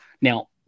Now